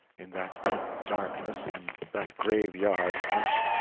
in that deep darkness and that graveyard hush.